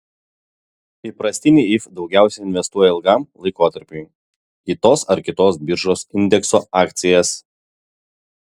įprastiniai if daugiausiai investuoja ilgam laikotarpiui į tos ar kitos biržos indekso akcijas